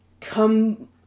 Come